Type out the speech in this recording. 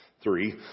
three